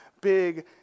big